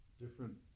different